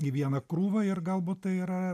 į vieną krūvą ir galbūt tai yra